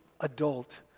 adult